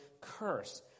curse